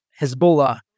Hezbollah